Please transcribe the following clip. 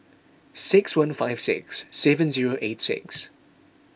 six one five six seven zero eight six